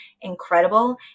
incredible